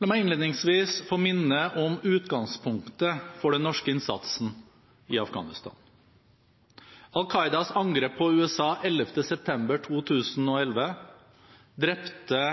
La meg innledningsvis få minne om utgangspunktet for den norske innsatsen i Afghanistan. Al Qaidas angrep på USA 11. september 2001 drepte